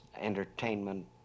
entertainment